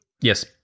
Yes